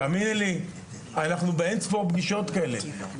תאמיני לי שאנחנו באינספור פגישות כאלה.